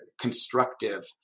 constructive